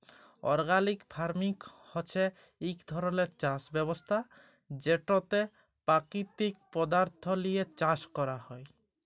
organic farming হছে ইক ধরলের চাষ ব্যবস্থা যেটতে পাকিতিক পদাথ্থ লিঁয়ে চাষ ক্যরা হ্যয়